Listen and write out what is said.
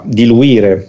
diluire